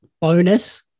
bonus